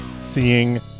seeing